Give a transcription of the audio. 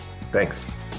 Thanks